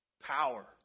Power